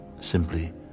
simply